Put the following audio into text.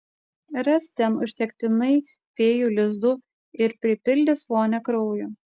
ras ten užtektinai fėjų lizdų ir pripildys vonią kraujo